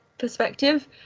perspective